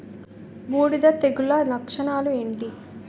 బూడిద తెగుల లక్షణాలు ఏంటి?